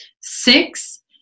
Six